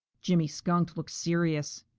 jimmy skunk looked serious.